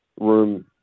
room